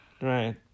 right